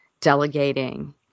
delegating